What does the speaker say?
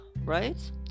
right